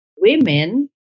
women